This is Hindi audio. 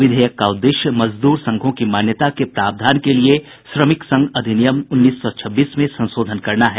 विधेयक का उद्देश्य मजदूर संघों की मान्यता के प्रावधान के लिए श्रमिक संघ अधिनियम उन्नीस सौ छब्बीस में संशोधन करना है